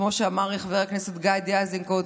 כמו שאמר חבר הכנסת גדי איזנקוט,